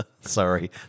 sorry